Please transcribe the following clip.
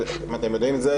אם אתם יודעים את זה,